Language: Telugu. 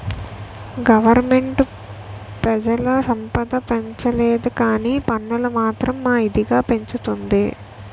గవరమెంటు పెజల సంపద పెంచలేదుకానీ పన్నులు మాత్రం మా ఇదిగా పెంచింది